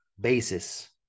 basis